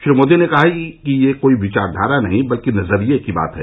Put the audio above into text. श्री मोदी ने कहा कि यह कोई विचाखारा नहीं बल्कि नजरिये की बात है